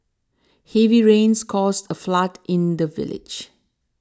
heavy rains caused a flood in the village